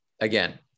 again